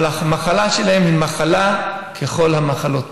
אבל המחלה שלהם היא מחלה ככל המחלות,